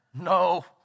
No